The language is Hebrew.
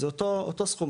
זה אותו סכום,